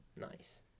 Nice